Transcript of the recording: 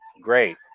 Great